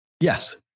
Yes